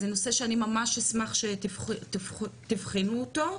אז זה נושא אני ממש אשמח שתבחנו אותו.